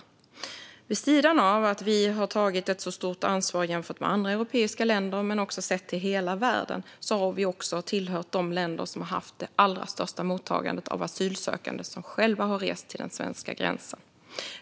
Vid sidan av att vi har tagit ett stort ansvar jämfört med andra europeiska länder men även sett till hela världen har vi dessutom hört till de länder som har haft det allra största mottagandet av asylsökande som själva har rest till den svenska gränsen.